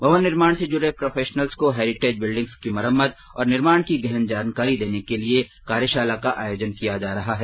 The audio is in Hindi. भवन निर्माण से जुड़े प्रोफेशनल्स को हैरिटेज बिल्डिंग्स की मरम्मत और निर्माण की गहन जानकारी देने के लिए कार्यशाला का आयोजन किया जा रहा है